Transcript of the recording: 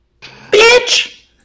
Bitch